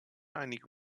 einige